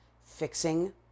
fixing